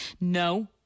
No